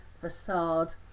facade